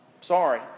sorry